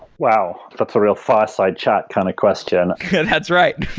wow, that's a real far side chat kind of question that's right